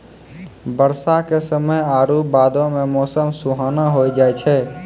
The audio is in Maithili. बरसा के समय आरु बादो मे मौसम सुहाना होय जाय छै